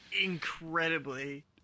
incredibly